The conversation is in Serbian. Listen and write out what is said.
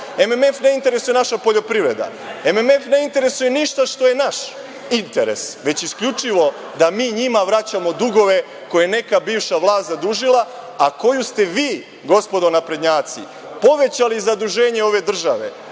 MMF ne interesuje naša poljoprivreda, MMF ne interesuje ništa što je naš interes, već isključivo da mi njima vraćamo dugove koje je neka bivša vlast zadužila, a koju ste vi, gospodo naprednjaci, povećali zaduženje ove države